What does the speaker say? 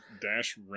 dash